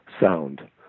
sound